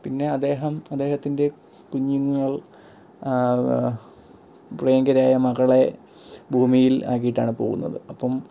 പിന്നെ അദ്ദേഹം അദ്ദേഹത്തിൻ്റെ കുഞ്ഞുങ്ങൾ പ്രിയങ്കരിയായ മകളെ ഭൂമിയിൽ ആക്കിയിട്ടാണ് പോകുന്നത് അപ്പം